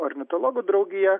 ornitologų draugija